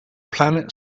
planet